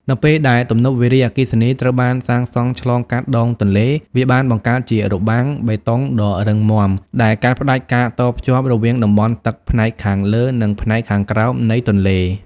នៅពេលដែលទំនប់វារីអគ្គិសនីត្រូវបានសាងសង់ឆ្លងកាត់ដងទន្លេ វាបានបង្កើតជា របាំងបេតុងដ៏រឹងមាំ ដែលកាត់ផ្តាច់ការតភ្ជាប់រវាងតំបន់ទឹកផ្នែកខាងលើ និងផ្នែកខាងក្រោមនៃទន្លេ។